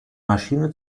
maschine